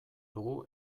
dugu